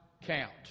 count